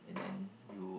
and then